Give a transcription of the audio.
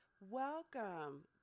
welcome